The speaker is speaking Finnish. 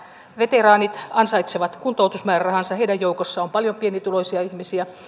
veteraanit ansaitsevat kuntoutusmäärärahansa heidän joukossaan on paljon pienituloisia ihmisiä